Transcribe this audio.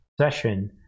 session